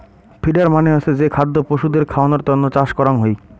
feeder মানে হসে যে খাদ্য পশুদের খাওয়ানোর তন্ন চাষ করাঙ হই